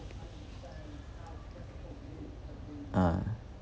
uh